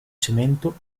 cemento